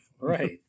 Right